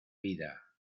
vida